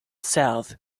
south